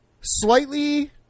slightly